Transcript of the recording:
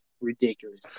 ridiculous